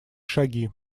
шаги